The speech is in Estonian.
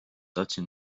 tahtsin